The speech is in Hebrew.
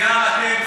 גם אתם,